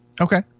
Okay